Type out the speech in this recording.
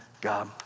God